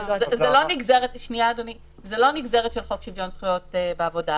זה לא נגזרת של חוק שוויון זכויות בעבודה,